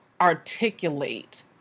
articulate